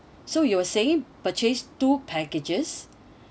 so you were saying purchase two packages